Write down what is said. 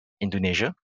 indonesia